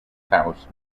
house